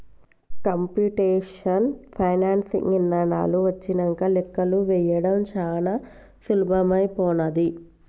computational financing ఇదానాలు వచ్చినంక లెక్కలు వేయడం చానా సులభమైపోనాది